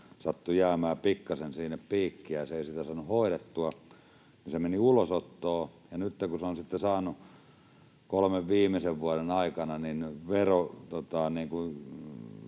sattui jäämään pikkasen sinne piikkiä — ja hän ei sitä saanut hoidettua, niin se meni ulosottoon. Ja nytten kun hän on sitten saanut kolmen viimeisen vuoden aikana